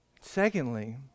Secondly